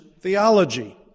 theology